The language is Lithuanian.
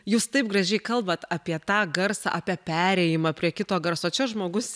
jūs taip gražiai kalbat apie tą garsą apie perėjimą prie kito garso čia žmogus